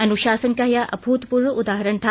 अनुशासन का यह अभूतपूर्व उदाहरण था